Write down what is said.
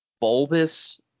bulbous